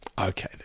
Okay